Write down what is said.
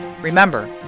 Remember